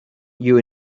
you